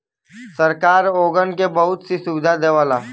सरकार ओगन के बहुत सी सुविधा देवला